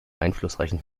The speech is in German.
einflussreichen